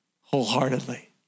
wholeheartedly